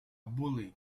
bully